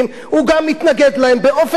באופן ספציפי הוא מתנגד להם.